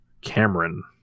Cameron